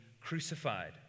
crucified